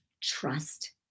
trust